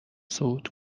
صعود